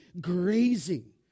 grazing